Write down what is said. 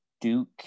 Duke